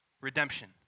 redemption